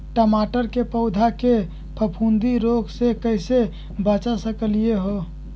टमाटर के पौधा के फफूंदी रोग से कैसे बचा सकलियै ह?